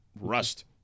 rust